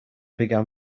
began